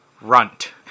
Runt